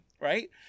Right